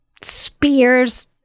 spears